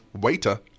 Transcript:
Waiter